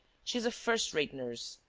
she is a first-rate nurse.